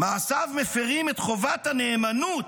"מעשיו מפירים את חובת הנאמנות